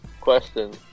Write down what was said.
question